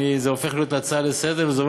זה הופך להיות הצעה לסדר-היום.